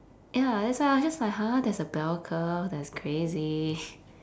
ya that's why I was just like !huh! there's a bell curve that's crazy